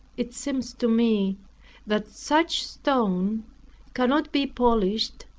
it seems to me that such stone cannot be polished,